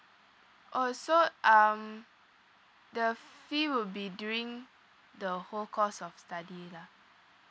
oh so um the fee will be during the whole course of study lah